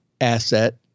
asset